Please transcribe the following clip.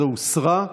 18 הוסרה.